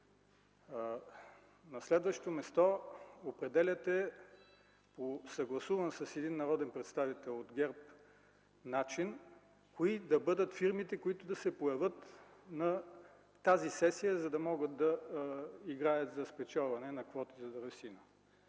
На следващо място определяте, по съгласуван с един народен представител на ГЕРБ начин, кои да бъдат фирмите, които да се появят на тази сесия, за да могат да играят за спечелване на квота за дървесина.